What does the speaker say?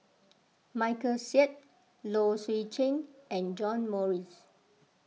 Michael Seet Low Swee Chen and John Morrice